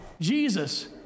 Jesus